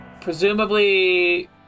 Presumably